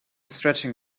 stretching